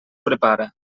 prepara